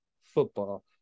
football